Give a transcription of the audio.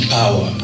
power